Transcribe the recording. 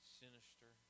sinister